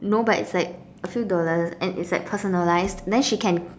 no but it's like a few dollars and it's like personalised then she can